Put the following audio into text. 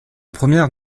premières